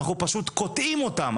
אנחנו פשוט קוטעים אותן,